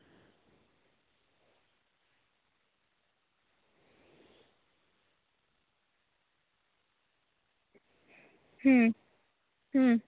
ᱦᱩᱸ ᱦᱩᱸ